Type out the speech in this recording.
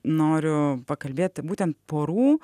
noriu pakalbėti būtent porų